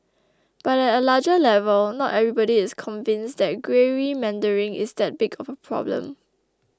but at a larger level not everybody is convinced that gerrymandering is that big of a problem